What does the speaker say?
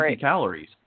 calories